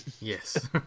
Yes